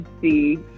see